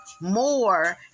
more